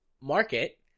market